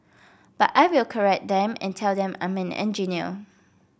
but I will correct them and tell them I'm an engineer